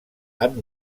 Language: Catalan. amb